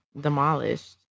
demolished